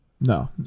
No